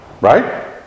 Right